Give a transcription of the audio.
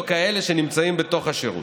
לא כאלה שנמצאים בתוך השירות.